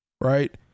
right